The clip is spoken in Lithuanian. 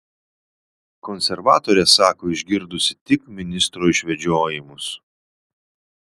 konservatorė sako išgirdusi tik ministro išvedžiojimus